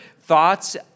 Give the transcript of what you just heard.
thoughts